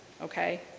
Okay